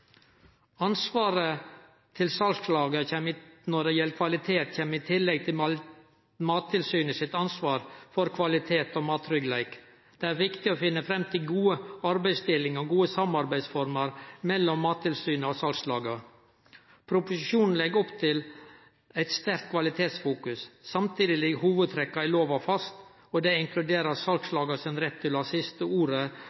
Ansvaret til salslaga når det gjeld kvalitet, kjem i tillegg til Mattilsynet sitt ansvar for kvalitet og mattryggleik. Det er viktig å finne fram til ei god arbeidsdeling og gode samhandlingsformer mellom Mattilsynet og salslaga. Proposisjonen legg opp til eit sterkt kvalitetsfokus. Samtidig ligg hovudtrekka i lova fast, og det inkluderer